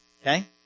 Okay